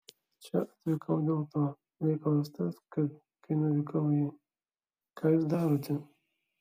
čia atvykau dėl to reikalas tas kad kai nuvykau į ką jūs darote